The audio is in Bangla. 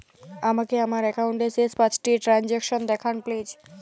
আমাকে আমার একাউন্টের শেষ পাঁচটি ট্রানজ্যাকসন দেখান প্লিজ